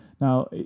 Now